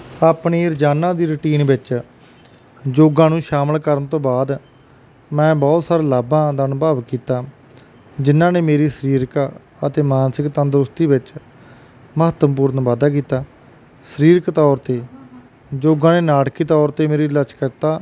ਆਪਣੀ ਰੋਜ਼ਾਨਾ ਦੀ ਰੂਟੀਨ ਵਿੱਚ ਯੋਗਾ ਨੂੰ ਸ਼ਾਮਿਲ ਕਰਨ ਤੋਂ ਬਾਅਦ ਮੈਂ ਬਹੁਤ ਸਾਰੇ ਲਾਭਾਂ ਦਾ ਅਨੁਭਵ ਕੀਤਾ ਜਿਨ੍ਹਾਂ ਨੇ ਮੇਰੀ ਸਰੀਰਕ ਅਤੇ ਮਾਨਸਿਕ ਤੰਦਰੁਸਤੀ ਵਿੱਚ ਮਹੱਤਵਪੂਰਨ ਵਾਧਾ ਕੀਤਾ ਸਰੀਰਕ ਤੌਰ 'ਤੇ ਯੋਗਾ ਨੇ ਨਾਟਕੀ ਤੌਰ 'ਤੇ ਮੇਰੀ ਲਚਕਤਾ